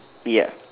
ya